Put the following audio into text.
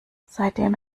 seitdem